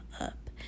up